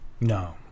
no